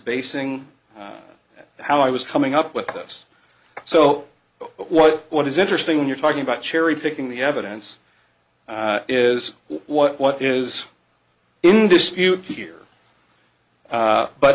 basing how i was coming up with this so what what is interesting when you're talking about cherry picking the evidence is what what is in dispute here